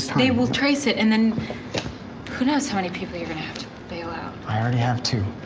they will trace it, and then who knows how many people you're gonna have to bail out. i already have two.